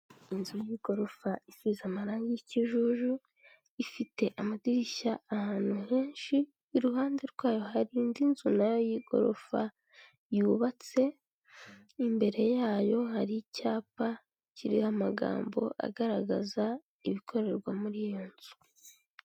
Inzu y'igorofa isize amarangi y'ikijuju, ifite amadirishya ahantu henshi, iruhande rwayo hari indi nzu na yo y'igorofa yubatse, imbere yayo hari icyapa kiriho amagambo agaragaza ibikorerwa muri iyo nzu.